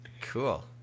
Cool